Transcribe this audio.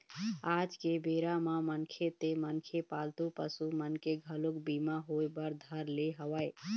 आज के बेरा म मनखे ते मनखे पालतू पसु मन के घलोक बीमा होय बर धर ले हवय